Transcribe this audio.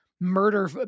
murder